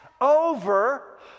over